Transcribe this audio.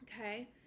Okay